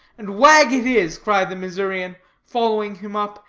and wag it is, cried the missourian, following him up,